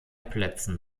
plätzen